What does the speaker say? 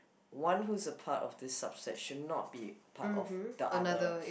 one who is a part of this subset should not be a part of the other